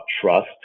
trust